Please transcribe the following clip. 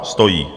Stojí.